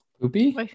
Poopy